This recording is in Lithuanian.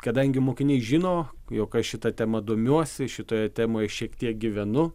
kadangi mokiniai žino jog aš šita tema domiuosi šitoje temoj šiek tiek gyvenu